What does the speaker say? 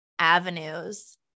avenues